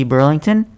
Burlington